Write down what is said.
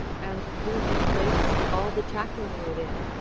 and do ye place all the tackling within,